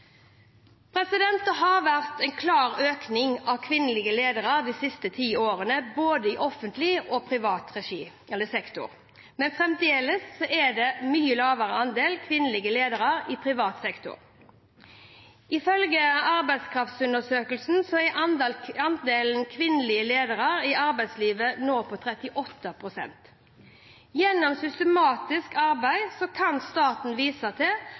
Det har vært en klar økning av kvinnelige ledere de siste ti årene i både offentlig og privat sektor, men fremdeles er det en mye lavere andel kvinnelige ledere i privat sektor. Ifølge Arbeidskraftundersøkelsen er andelen kvinnelige ledere i arbeidslivet nå på 38 pst. Gjennom systematisk arbeid kan staten vise til